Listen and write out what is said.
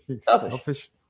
selfish